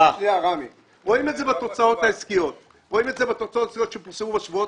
רואים את זה בתוצאות העסקיות שפורסמו בשבועות